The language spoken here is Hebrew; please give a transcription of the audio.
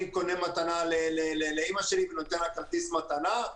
קונה מתנה לאמא שלי ונותן לה כרטיס מתנה.